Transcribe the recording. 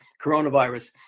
coronavirus